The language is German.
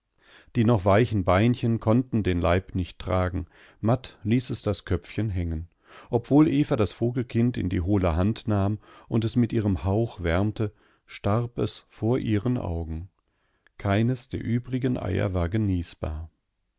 die noch weichen beinchen konnten den leib nicht tragen matt ließ es das köpfchen hängen obwohl eva das vogelkind in die hohle hand nahm und es mit ihrem hauch wärmte starb es vor ihren augen keines der übrigen eier war genießbar